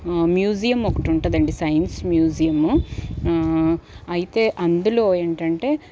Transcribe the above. museum ఒకటి ఉంటుందండీ science museum అయితే అందులో ఏంటంటే